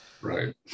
Right